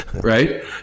Right